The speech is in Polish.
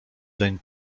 zeń